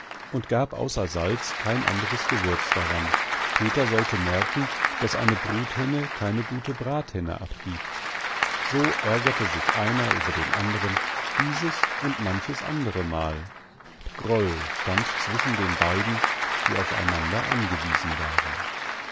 und gab außer salz kein anderes gewürz daran peter sollte merken daß eine bruthenne keine gute brathenne abgibt so ärgerte sich einer über den anderen dieses und manches andere mal groll stand zwischen den beiden die aufeinander angewiesen waren